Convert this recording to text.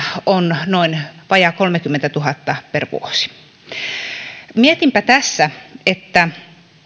on noin vajaa kolmekymmentätuhatta per vuosi mietinpä tässä että